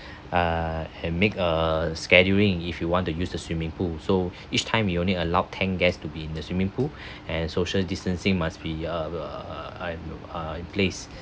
uh and make a scheduling if you want to use the swimming pool so each time we only allowed ten guest to be in the swimming pool and social distancing must be uh uh uh uh place